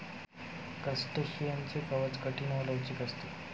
क्रस्टेशियनचे कवच कठीण व लवचिक असते